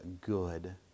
good